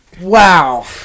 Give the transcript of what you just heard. Wow